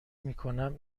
میکنم